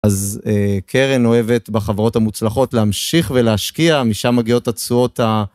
אז קרן אוהבת בחברות המוצלחות להמשיך ולהשקיע, משם מגיעות התשואות ה...